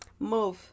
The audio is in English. move